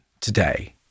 today